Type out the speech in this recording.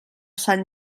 sant